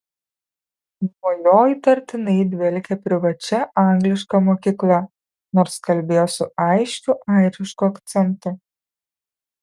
nuo jo įtartinai dvelkė privačia angliška mokykla nors kalbėjo su aiškiu airišku akcentu